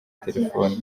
terefone